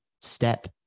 step